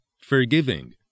forgiving